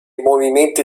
movimenti